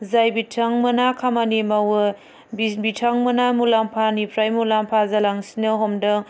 जाय बिथांमोना खामानि मावो बि बिथांमोना मुलाम्फानिफ्राय मुलाम्फा जालांसिननो हमदों